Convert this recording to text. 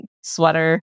sweater